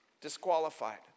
disqualified